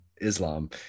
Islam